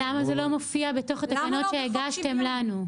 למה זה לא מופיע בתוך התקנות שהגשתם לנו?